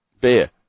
beer